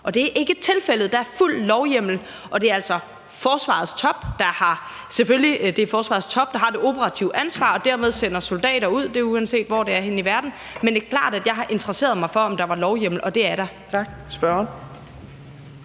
Det er ikke tilfældet. Der er fuld lovhjemmel. Det er altså forsvarets top, der har det operative ansvar og dermed sender soldater ud, og det sker, uanset hvor det er henne i verden. Men det er klart, at jeg har interesseret mig for, om der var lovhjemmel, og det er der.